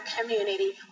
community